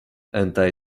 anti